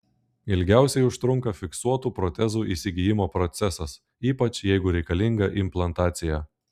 ilgiausiai užtrunka fiksuotų protezų įsigijimo procesas ypač jeigu reikalinga implantacija